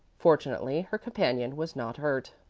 fortunately her companion was not hurt.